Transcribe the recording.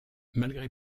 malgré